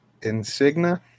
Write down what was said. Insigna